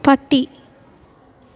പട്ടി